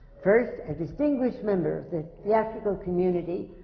first, distinguished member of the theatrical community,